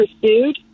pursued